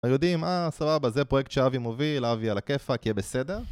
היודעים אה סבבה זה פרויקט שאבי מוביל, אבי על הכיפק, יהיה בסדר